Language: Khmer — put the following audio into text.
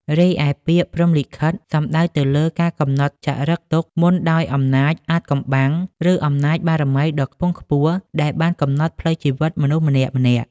រីឯពាក្យ ព្រហ្មលិខិត សំដៅទៅលើការកំណត់ចារិកទុកមុនដោយអំណាចអាថ៌កំបាំង ឬអំណាចបារមីដ៏ខ្ពង់ខ្ពស់ ដែលបានកំណត់ផ្លូវជីវិតមនុស្សម្នាក់ៗ។